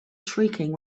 shrieking